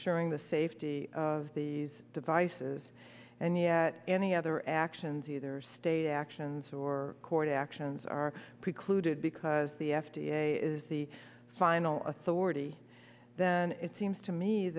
ring the safety of these devices and yet any other actions either state actions or court actions are precluded because the f d a is the final authority then it seems to me